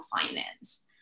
finance